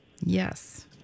Yes